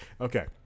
Okay